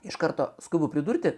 iš karto skubu pridurti